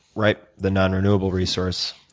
right, the nonrenewable resource